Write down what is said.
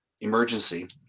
emergency